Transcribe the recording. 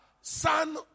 son